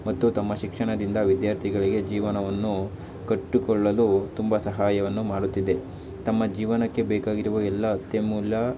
ಮತ್ತು ತಮ್ಮ ಶಿಕ್ಷಣದಿಂದ ವಿದ್ಯಾರ್ಥಿಗಳಿಗೆ ಜೀವನವನ್ನು ಕಟ್ಟುಕೊಳ್ಳಲು ತುಂಬ ಸಹಾಯವನ್ನು ಮಾಡುತ್ತಿದೆ ತಮ್ಮ ಜೀವನಕ್ಕೆ ಬೇಕಾಗಿರುವ ಎಲ್ಲ ಅತ್ಯಮೂಲ್ಯ